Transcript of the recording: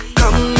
come